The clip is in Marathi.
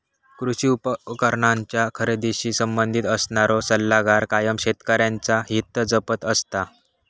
कृषी उपकरणांच्या खरेदीशी संबंधित असणारो सल्लागार कायम शेतकऱ्यांचा हित जपत असता